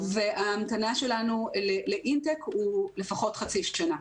ההמתנה שלנו לאינטק הוא לפחות חצי שנה,